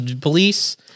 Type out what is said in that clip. police